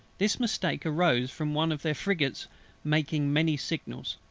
this mistake arose from one of their frigates making many signals.